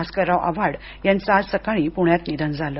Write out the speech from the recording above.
भास्करराव आव्हाड यांचं आज सकाळी पुण्यात निधन झालं